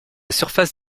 surface